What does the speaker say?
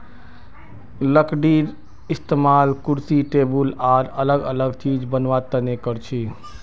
लकडीर इस्तेमाल कुर्सी टेबुल आर अलग अलग चिज बनावा तने करछी